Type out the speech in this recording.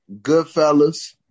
Goodfellas